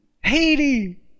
Haiti